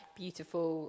beautiful